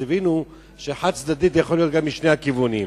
אז הבינו ש"חד-צדדית" יכול להיות משני הכיוונים.